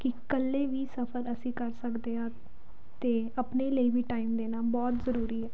ਕਿ ਇਕੱਲੇ ਵੀ ਸਫਰ ਅਸੀਂ ਕਰ ਸਕਦੇ ਹਾਂ ਅਤੇ ਆਪਣੇ ਲਈ ਵੀ ਟਾਈਮ ਦੇਣਾ ਬਹੁਤ ਜ਼ਰੂਰੀ ਹੈ